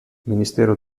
ministero